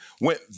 went